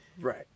Right